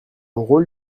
rôle